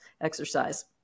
exercise